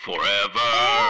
Forever